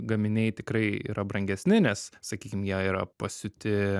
gaminiai tikrai yra brangesni nes sakykim jie yra pasiūti